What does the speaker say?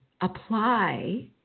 apply